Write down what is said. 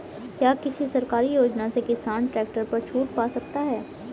क्या किसी सरकारी योजना से किसान ट्रैक्टर पर छूट पा सकता है?